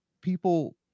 people